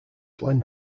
glen